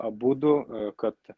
abudu kad